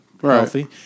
healthy